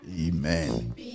amen